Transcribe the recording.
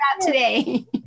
today